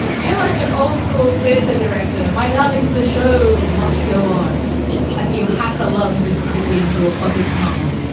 you're like an old school theater director my darlings, the show must go on as you hack along discretely into a potted palm.